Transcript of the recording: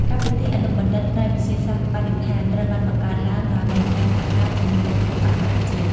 កម្មវិធីអនុបណ្ឌិតផ្នែកវិទ្យាសាស្ត្របរិស្ថាន ត្រូវបានបង្កើតឡើងដោយមានការសហការជាមួយដៃគូអន្តរជាតិ។